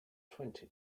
twenty